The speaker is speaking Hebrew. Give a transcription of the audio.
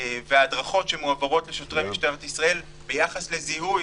וההדרכות שמועברות לשוטרי משטרת ישראל ביחס לזיהוי